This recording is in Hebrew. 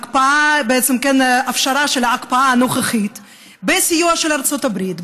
בעצם בהפשרה של ההקפאה הנוכחית בסיוע של ארצות הברית,